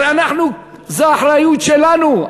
הרי אנחנו, זו האחריות שלנו.